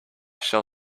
shall